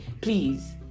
please